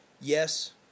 Yes